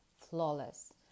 flawless